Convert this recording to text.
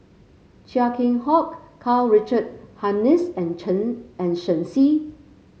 Chia Keng Hock Karl Richard Hanitsch and Chen and Shen Xi